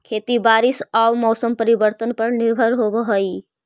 खेती बारिश आऊ मौसम परिवर्तन पर निर्भर होव हई